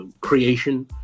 creation